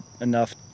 enough